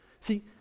See